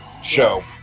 show